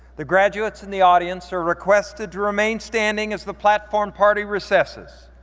the graduates in the audience are requested to remain standing as the platform party recesses.